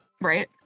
Right